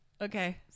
okay